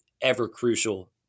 ever-crucial